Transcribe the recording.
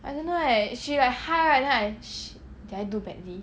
I don't know eh she like !hais! right then I shit did I do badly